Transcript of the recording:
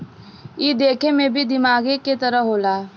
ई देखे मे भी दिमागे के तरह होला